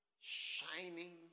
shining